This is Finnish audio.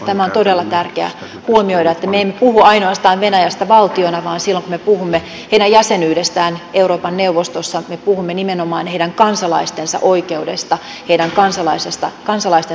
tämä on todella tärkeä huomioida että me emme puhu venäjästä ainoastaan valtiona vaan silloin kun me puhumme heidän jäsenyydestään euroopan neuvostossa me puhumme nimenomaan heidän kansalaistensa oikeuksista heidän kansalaistensa ihmisoikeuksista